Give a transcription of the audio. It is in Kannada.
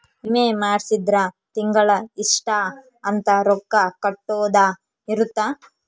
ವಿಮೆ ಮಾಡ್ಸಿದ್ರ ತಿಂಗಳ ಇಷ್ಟ ಅಂತ ರೊಕ್ಕ ಕಟ್ಟೊದ ಇರುತ್ತ